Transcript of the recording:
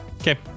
Okay